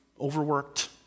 Overworked